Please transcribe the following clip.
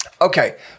Okay